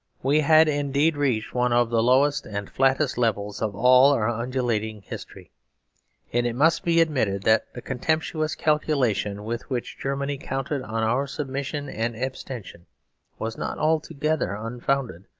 we had indeed reached one of the lowest and flattest levels of all our undulating history and it must be admitted that the contemptuous calculation with which germany counted on our submission and abstention was not altogether unfounded,